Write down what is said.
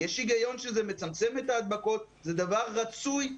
יש היגיון שזה מצמצם את ההדבקות וזה דבר רצוי.